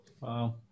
Wow